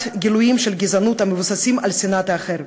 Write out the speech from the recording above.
גילויים של גזענות המבוססים על שנאת האחר.